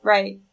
Right